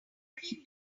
already